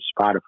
Spotify